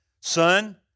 son